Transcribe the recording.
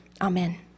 Amen